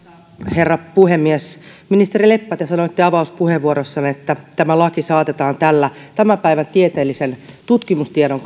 herra puhemies ministeri leppä te sanoitte avauspuheenvuorossanne että tällä esityksellä tämä laki saatetaan tämän päivän tieteellisen tutkimustiedon